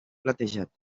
platejat